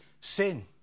sin